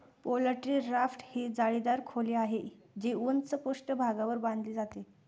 poultry raft ही जाळीदार खोली आहे, जी उंच पृष्ठभागावर बांधली जाते